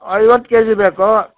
ಐವತ್ತು ಕೆಜಿ ಬೇಕು